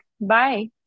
Bye